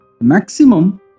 maximum